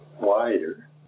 wider